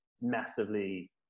massively